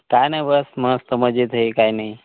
काय नाही बस मस्त मजेत आहे काय नाही